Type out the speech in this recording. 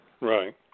right